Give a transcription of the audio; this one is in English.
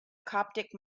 coptic